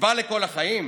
קצבה לכל החיים?